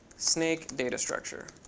snake data structure.